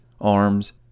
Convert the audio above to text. arms